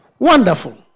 Wonderful